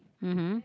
mmhmm